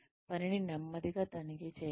పనిని నెమ్మదిగా తనిఖీ చేయండి